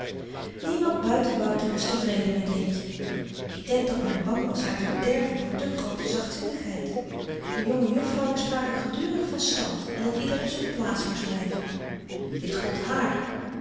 niemand buiten wouter was tevreden met leentje ik denk dat men bang was haar te bederven door te groote zachtzinnigheid de jonge juffrouwen spraken gedurig van stand en dat ieder op z'n plaats moest blyven dit gold hààr